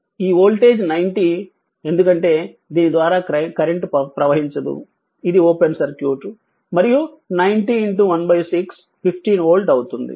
ఈ వోల్టేజ్ 90 ఎందుకంటే దీని ద్వారా కరెంట్ ప్రవహించదు ఇది ఓపెన్ సర్క్యూట్ మరియు 90 16 15 వోల్ట్ అవుతుంది